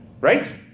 right